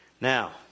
Now